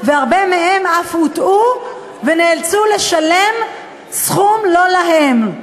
והרבה מהם אף הוטעו ונאלצו לשלם סכום לא להם.